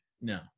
No